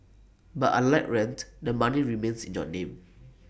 but unlike rent the money remains in your name